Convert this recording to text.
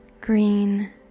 green